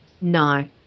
No